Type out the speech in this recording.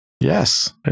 yes